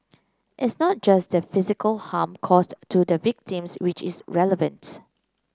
it's not just the physical harm caused to the victims which is relevant